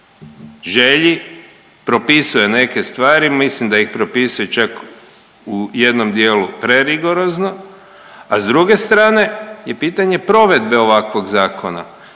želji propisuje neke stvari. Mislim da ih propisuje čak u jednom dijelu prerigorozno, a s druge strane je pitanje provedbe ovakvog zakona.